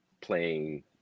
playing